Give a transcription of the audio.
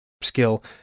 skill